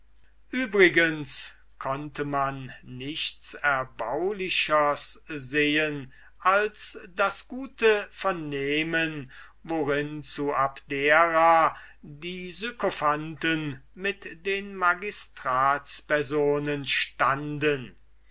übrigens konnte man nichts erbaulichers sehen als das gute vernehmen worin zu abdera die sykophanten mit den magistratspersonen stunden